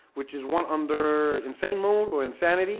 which is one under insane mode or insanity